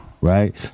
right